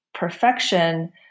Perfection